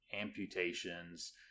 amputations